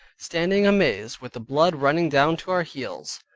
standing amazed, with the blood running down to our heels.